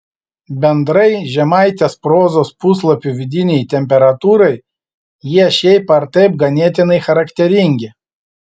bendrai žemaitės prozos puslapių vidinei temperatūrai jie šiaip ar taip ganėtinai charakteringi